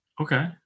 Okay